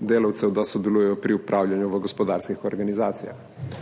delavcev, da sodelujejo pri upravljanju v gospodarskih organizacijah.